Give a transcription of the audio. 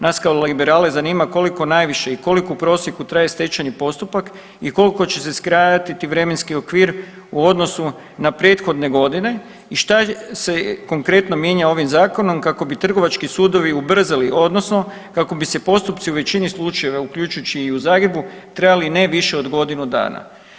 Nas kao liberale zanima koliko najviše i koliko u prosjeku traje stečajni postupak i koliko će se skratiti vremenski okvir u odnosu na prethodne godine i šta se konkretno mijenja ovim zakonom kako bi Trgovački sudovi ubrzali, odnosno kako bi se postupci u većini slučajeva uključujući i u Zagrebu trajali ne više od godinu dana.